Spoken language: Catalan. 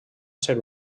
ser